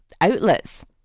outlets